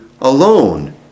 alone